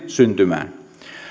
syntymään